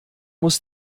muss